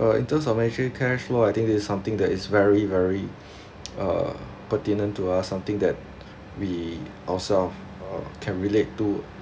uh in terms of managing cash flow I think this is something that is very very uh pertinent to us something that we ourselves uh can relate to